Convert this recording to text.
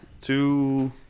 two